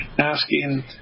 asking